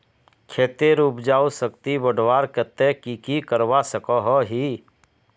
खेतेर उपजाऊ शक्ति बढ़वार केते की की करवा सकोहो ही?